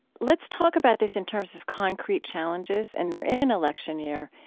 let's talk about this in terms of concrete challenges, and we're in an election year.